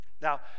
Now